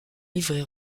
livrée